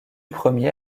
premier